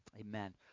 Amen